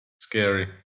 Scary